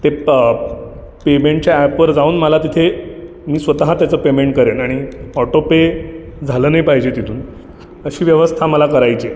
ते प पेमेंटच्या ॲपवर जाऊन मला तिथे मी स्वत त्याचं पेमेंट करेन आणि ऑटो पे झालं नाही पाहिजे तिथून अशी व्यवस्था मला करायची आहे